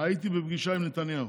הייתי בפגישה עם נתניהו.